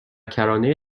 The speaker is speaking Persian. کرانه